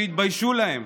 שיתביישו להם.